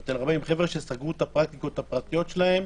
40 חבר'ה שסגרו את הפרקטיקות הפרטיות שלהם